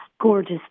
gorgeous